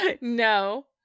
No